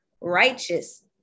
righteous